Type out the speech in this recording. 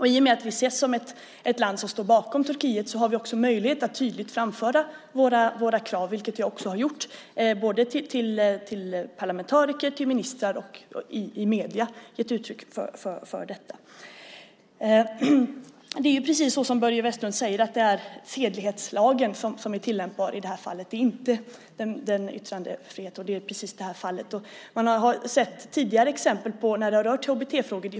I och med att vi ses som ett land som står bakom Turkiet har vi också möjlighet att tydligt framföra våra krav, vilket jag också har gjort till parlamentariker, ministrar och i medierna. Det är, precis som Börje Vestlund säger, sedlighetslagen som är tillämpbar i det här fallet, inte en lag om yttrandefrihet. Man har sett tidigare exempel på det när det har rört HBT-frågor.